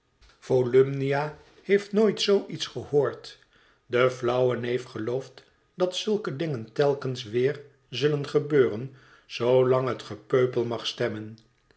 heeft nooit zoo iets gehoord de flauwe neef gelooft dat zulke dingen telkens weer zullen gebeuren zoolang het gepeupel mag stemmen